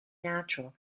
natural